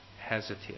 hesitate